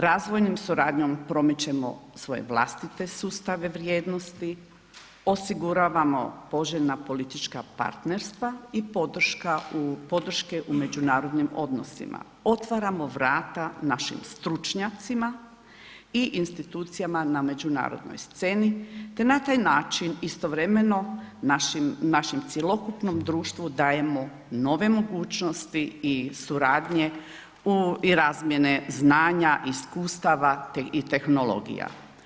Razvojnom suradnjom promičemo svoje vlastite sustave vrijednosti, osiguravamo poželjna politička partnerstva i podrške u međunarodnim odnosima, otvaramo vrata našim stručnjacima i institucijama na međunarodnoj sceni te na taj način istovremeno našem cjelokupnom društvu dajemo nove mogućnosti i suradnje i razmjene znanja, iskustva i tehnologija.